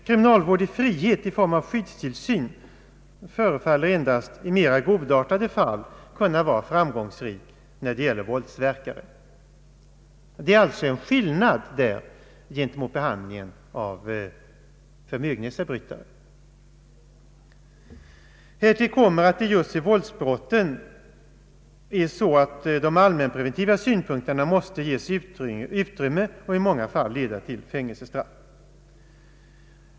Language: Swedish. Kriminalvård i frihet i form av skyddstillsyn förefaller endast i mera godartade fall kunna vara framgångsrik när det gäller våldsverkare. Det föreligger alltså en skillnad där mot behandlingen av förmögenhetsförbrytare. Härtill kommer att just vid våldsbrotten de allmänpreventiva synpunkterna måste ges utrymme och i många fall leda till fängelsestraff.